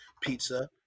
pizza